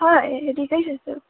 হয় ৰেডী কৰি থৈছোঁ